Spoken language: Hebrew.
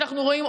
אנחנו רואים,